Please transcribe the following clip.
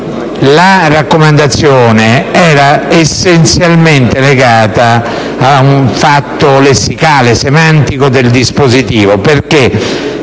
raccomandazione è essenzialmente legato a un fatto lessicale e semantico del dispositivo.